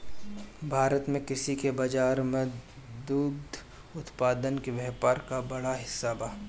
भारत में कृषि के बाजार में दुग्ध उत्पादन के व्यापार क बड़ा हिस्सा बा